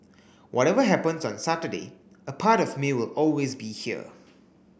whatever happens on Saturday a part of me will always be here